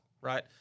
Right